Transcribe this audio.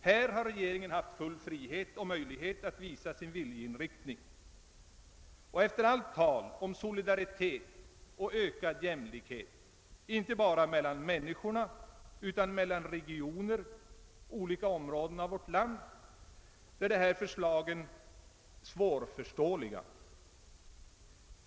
Här har regeringen haft frihet och möjlighet att visa sin viljeinriktning. Efter allt tal om solidaritet och ökad jämlikhet inte bara mellan människorna utan mellan regioner — olika områden av vårt land — är dessa förslag svårförståeliga.